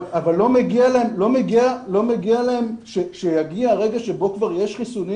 אבל לא מגיע להם שיגיע רגע שבו כבר יש חיסונים